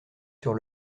sur